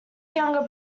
younger